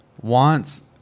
wants